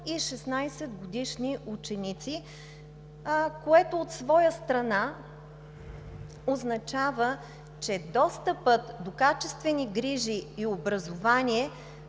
и 16-годишни ученици, а това от своя страна означава, че достъпът до качествени грижи и образование